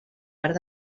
part